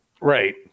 right